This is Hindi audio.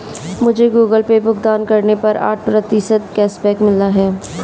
मुझे गूगल पे भुगतान करने पर आठ प्रतिशत कैशबैक मिला है